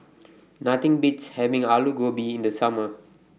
Nothing Beats having Alu Gobi in The Summer